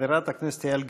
חברת הכנסת יעל גרמן.